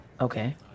Okay